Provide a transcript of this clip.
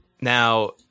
Now